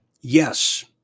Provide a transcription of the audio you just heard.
Yes